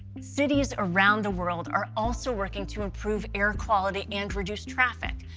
cities around the world are also working to improve air quality and reduce traffic,